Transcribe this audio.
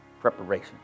preparation